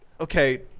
Okay